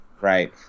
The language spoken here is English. right